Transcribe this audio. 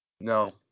No